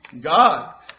God